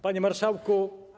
Panie Marszałku!